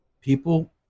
people